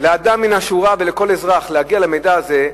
לאדם מן השורה ולכל אזרח להגיע למידע הזה,